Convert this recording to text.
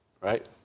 right